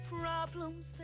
problems